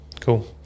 cool